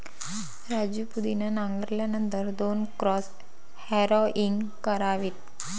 राजू पुदिना नांगरल्यानंतर दोन क्रॉस हॅरोइंग करावेत